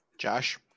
Josh